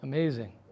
Amazing